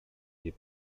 die